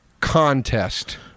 contest